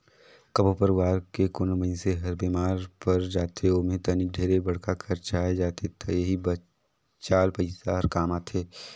कभो परवार के कोनो मइनसे हर बेमार पर जाथे ओम्हे तनिक ढेरे बड़खा खरचा आये जाथे त एही बचाल पइसा हर काम आथे